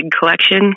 collection